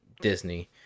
Disney